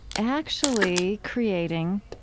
actually creating